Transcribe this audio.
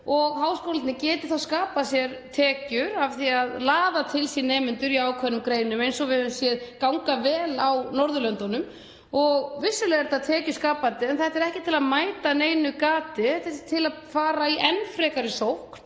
og háskólarnir geti þá skapað sér tekjur af því að laða til sín nemendur í ákveðnum greinum eins og við höfum séð ganga vel á Norðurlöndunum. Vissulega er þetta tekjuskapandi. En þetta er ekki til að mæta neinu gati. Þetta er til að fara í enn frekari sókn